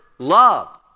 Love